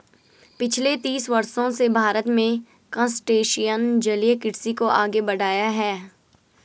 पिछले तीस वर्षों से भारत में क्रस्टेशियन जलीय कृषि को आगे बढ़ाया है